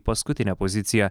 paskutinę poziciją